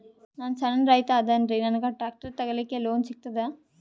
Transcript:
ನಾನ್ ಸಣ್ ರೈತ ಅದೇನೀರಿ ನನಗ ಟ್ಟ್ರ್ಯಾಕ್ಟರಿ ತಗಲಿಕ ಲೋನ್ ಸಿಗತದ?